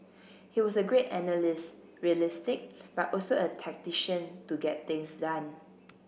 he was a great analyst realistic but also a tactician to get things done